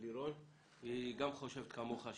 חושבת כמוך.